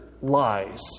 lies